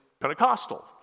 Pentecostal